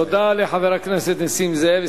תודה לחבר הכנסת נסים זאב.